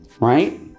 Right